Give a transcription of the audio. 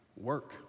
work